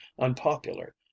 unpopular